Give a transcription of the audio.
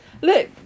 look